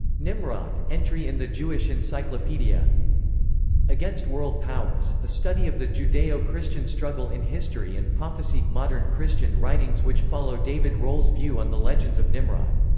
nimrod, entry in the jewish encyclopedia against world powers a study of the judeo-christian struggle in history and prophecy modern christian writings which follow david rohl's view on the legends of nimrod.